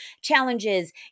challenges